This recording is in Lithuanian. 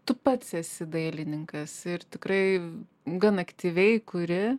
tu pats esi dailininkas ir tikrai gan aktyviai kuri